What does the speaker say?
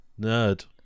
Nerd